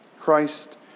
Christ